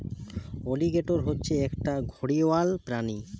alligator হচ্ছে একটা ঘড়িয়াল প্রাণী